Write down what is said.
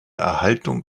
erhaltung